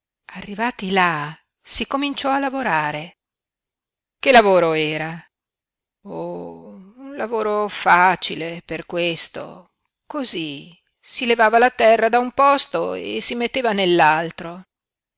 arrivati là si cominciò a lavorare che lavoro era oh un lavoro facile per questo cosí si levava la terra da un posto e si metteva